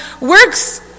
works